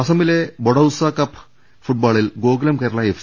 അസമിലെ ബോഡൌസാ കപ്പ് ഫുട്ബോളിൽ ഗോകുലം കേരള എഫ്